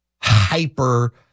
hyper